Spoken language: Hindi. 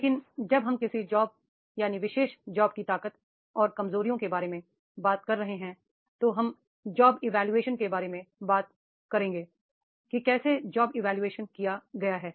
लेकिन जब हम किसी विशेष जॉब की ताकत और कमजोरियों के बारे में बात कर रहे हैं तो हम जॉब इवोल्यूशन के बारे में बात करेंगे कि कैसे जॉब इवोल्यूशन किया गया है